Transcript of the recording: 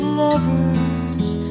lovers